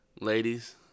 Ladies